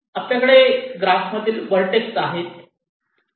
आपल्याकडे ग्राफ मधील व्हर्टेक्स आहे